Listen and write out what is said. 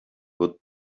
would